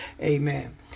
Amen